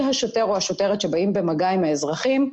השוטר או השוטרת שבאים במגע עם האזרחים.